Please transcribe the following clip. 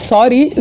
Sorry